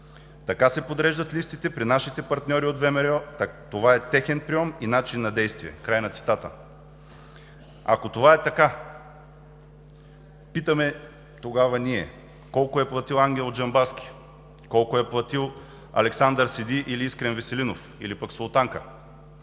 Така се подреждат листите при нашите партньори от ВМРО, това е техен прийом и начин на действие“ – край на цитата. Ако това е така, питаме тогава ние: колко е платил Ангел Джамбазки, колко е платил Александър Сиди или Искрен Веселинов, или пък Султанка?